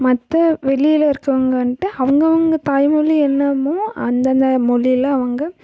மற்ற வெளியில் இருக்கிறவங்க வந்துட்டு அவங்கவங்க தாய்மொழி என்னமோ அந்தந்த மொழியில் அவங்க